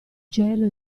gelo